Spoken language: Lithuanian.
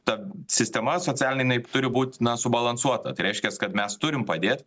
ta sistema socialinė jinai turi būt na subalansuota tai reiškias kad mes turim padėt